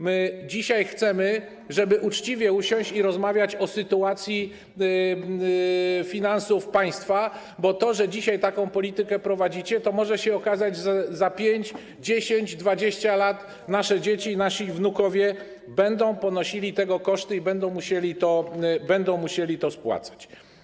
My dzisiaj chcemy, żeby usiąść i uczciwie rozmawiać o sytuacji finansów państwa, bo to, że dzisiaj taką politykę prowadzicie, to może się okazać za 5, 10, 20 lat, że nasze dzieci, nasi wnukowie będą ponosili tego koszty i będą musieli to spłacać.